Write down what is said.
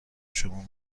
شما